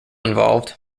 involved